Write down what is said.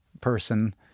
person